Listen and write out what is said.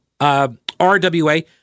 RWA